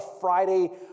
Friday